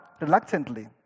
reluctantly